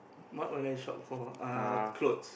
what will I shop for uh clothes